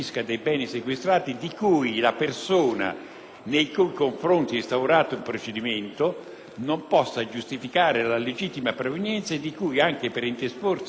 nei cui confronti è instaurato il procedimento, non possa giustificare la legittima provenienza e di cui, anche per interposta persona fisica o giuridica, risulti essere